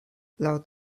laut